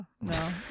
No